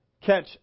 catch